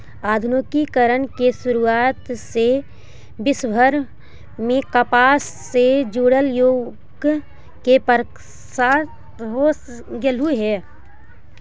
आधुनिकीकरण के शुरुआत से विश्वभर में कपास से जुड़ल उद्योग के प्रसार हो गेल हई